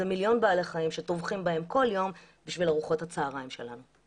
זה מיליון בעלי החיים שטובחים בהם כל יום בשביל ארוחות הצהריים שלנו.